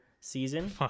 season